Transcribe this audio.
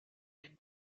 den